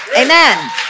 Amen